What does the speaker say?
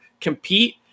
compete